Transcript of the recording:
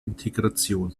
integration